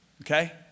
Okay